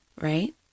Right